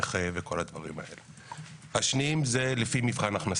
נכה וכו'; הנחות לפי מבחן הכנסה.